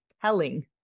telling